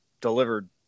delivered